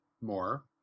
more